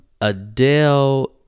Adele